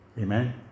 amen